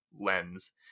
lens